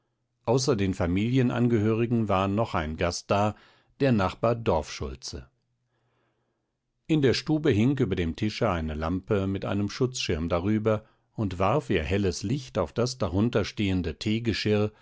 außer den familienangehörigen war noch ein gast da der nachbar dorfschulze in der stube hing über dem tische eine lampe mit einem schutzschirm darüber und warf ihr helles licht auf das darunter stehende teegeschirr